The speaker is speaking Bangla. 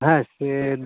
হ্যাঁ সে